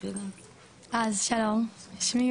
אז שלום, שמי יוסן.